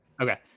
Okay